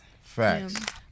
Facts